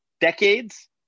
decades